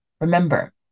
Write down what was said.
Remember